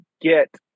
get